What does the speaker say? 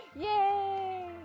Yay